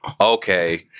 Okay